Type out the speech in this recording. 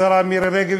השרה מירי רגב,